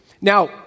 Now